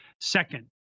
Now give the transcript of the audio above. Second